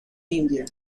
india